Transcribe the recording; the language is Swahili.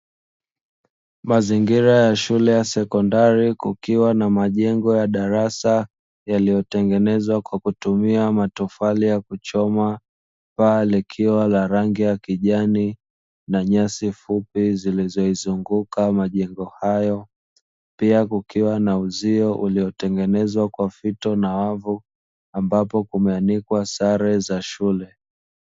Mazingira ya shule ya sekondari kukiwa na majengo ya darasa yaliyotengenezwa kwa kutumia matofali ya kuchoma paa likiwa la rangi ya kijani na nyasi fupi zilizoizunguka majengo hayo, pia kukiwa na uzio uliotengenezwa kwa fito na wavu ambapo kumeanikwa sare za shule.